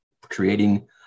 creating